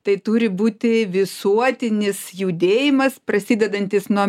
tai turi būti visuotinis judėjimas prasidedantis nuo